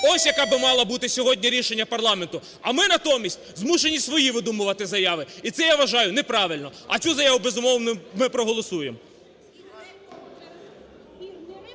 Ось, яке би мало бути сьогодні рішення парламенту, а ми натомість змушені свої видумувати заяви, і це, я вважаю, не правильно. А цю заяву ми безумовно ми проголосуємо.